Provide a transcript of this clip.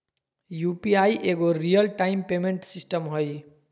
UPI एगो real time payment system हइ